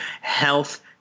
Health